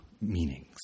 meanings